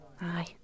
Aye